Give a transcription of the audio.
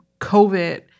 COVID